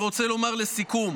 ואני רוצה לומר לסיכום: